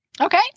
Okay